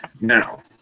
Now